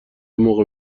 موقع